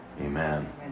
Amen